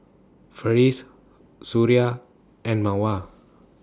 Farish Suria and Mawar